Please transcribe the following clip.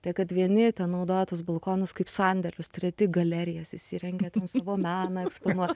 tai kad vieni ten naudoja tuos balkonus kaip sandėlius treti galerijas įsirengia ten savo meną eksponuo